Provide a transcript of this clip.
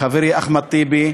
חברי אחמד טיבי,